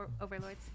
overlords